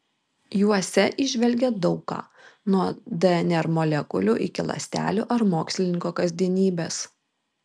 juose įžvelgė daug ką nuo dnr molekulių iki ląstelių ar mokslininko kasdienybės